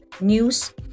news